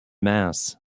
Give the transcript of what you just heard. mass